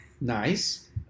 Nice